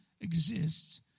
exists